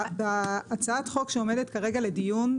בהצעת חוק שעומדת כרגע לדיון,